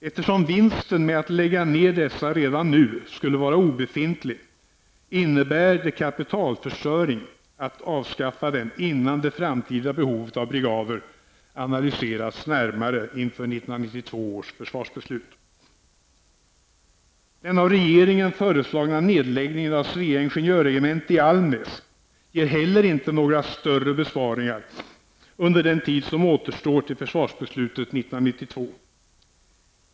Eftersom vinsten med att lägga ner dessa redan nu skulle vara obefintlig, innebär det kapitalförstöring att avskaffa dem innan det framtida behovet av brigader analyserats närmare inför 1992 års försvarsbeslut. Svea Ingenjörregemente i Almnäs ger heller inte några större besparingar under den tid som återstår till försvarsbeslutet 1992.